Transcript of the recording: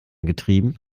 getrieben